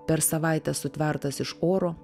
per savaitę sutvertas iš oro